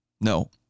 No